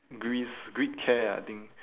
greece greek chair ah I think